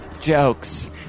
jokes